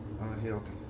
Unhealthy